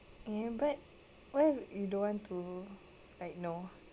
eh but what if you don't want to like know